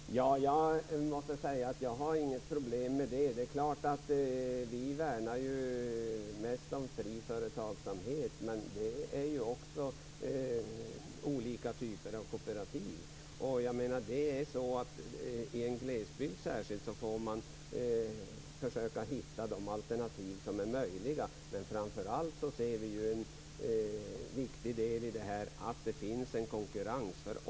Fru talman! Jag måste säga att jag inte har några problem med det. Det är klart att vi mest värnar fri företagsamhet men också olika typer av kooperativ. I en glesbygd får man försöka hitta de alternativ som är möjliga. Framför allt säger vi att det är viktigt att det finns en konkurrens.